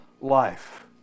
life